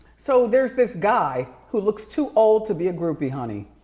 so there's this guy who looks too old to be a groupie, honey.